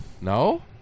No